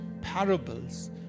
parables